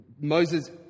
Moses